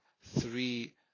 three